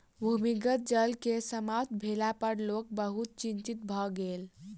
भूमिगत जल के समाप्त भेला पर लोक बहुत चिंतित भ गेल